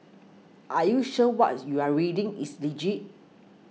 are you sure what you're reading is legit